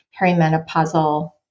perimenopausal